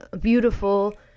beautiful